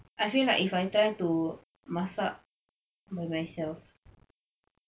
I feel like if I try to masak by myself